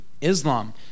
Islam